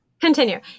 continue